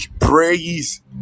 praise